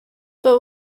but